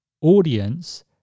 audience